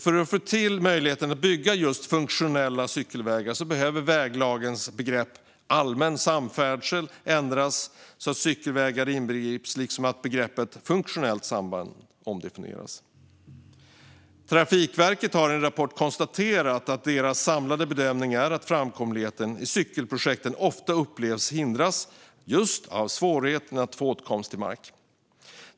För att få till möjligheten att bygga funktionella cykelvägar behöver väglagens begrepp "allmän samfärdsel" ändras så att cykelvägar inbegrips och begreppet "funktionellt samband" omdefinieras. Trafikverket har i en rapport konstaterat att deras samlade bedömning är att framkomligheten i cykelprojekten ofta upplevs hindras av svårigheter att få åtkomst till mark.